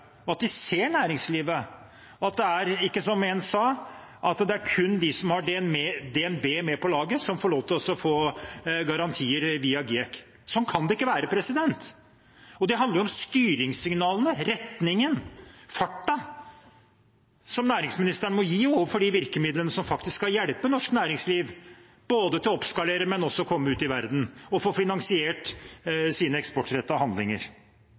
at de ser næringslivet, at det ikke er som en sa, at det kun er dem som har DNB med på laget, som får garantier via GIEK. Sånn kan det ikke være. Det handler om styringssignalene, retningen og farten som næringsministeren må gi overfor de virkemidlene som faktisk skal hjelpe norsk næringsliv til ikke bare å oppskalere, men også komme ut i verden og få finansiert sine eksportrettede handlinger.